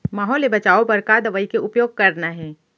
माहो ले बचाओ बर का दवई के उपयोग करना हे?